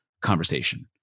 conversation